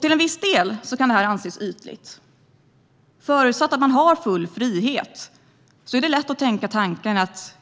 Till viss del kan detta anses vara ytligt. Förutsatt att man har full frihet är det lätt att tänka tanken att